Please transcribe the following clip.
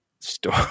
store